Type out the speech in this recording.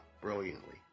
brilliantly